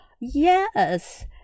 Yes